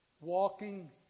walking